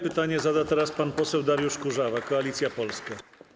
Pytanie zada teraz pan poseł Dariusz Kurzawa, Koalicja Polska.